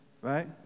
Right